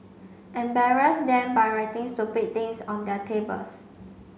embarrass them by writing stupid things on their tables